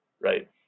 right